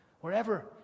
wherever